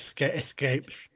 escapes